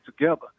together